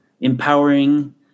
empowering